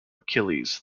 achilles